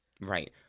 Right